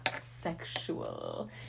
sexual